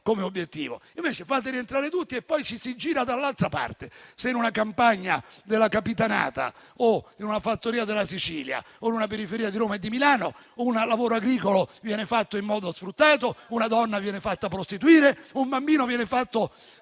come obiettivo. Invece fate entrare tutti, ma poi ci si gira dall'altra parte se in una campagna della Capitanata o in una fattoria della Sicilia o in una periferia di Roma o Milano un lavoro agricolo viene fatto da un lavoratore sfruttato o una donna viene fatta prostituire o se ad un bambino vengono fatti